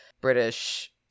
british